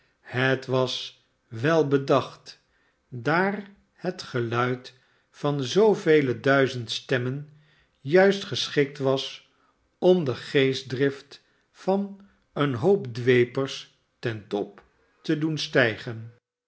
het was wel bedacht daar het geluid van zoovele duizend stemmen juist geschikt was om de geestdrift van een hoop dweepers ten top te doen stijgen